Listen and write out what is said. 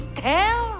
tell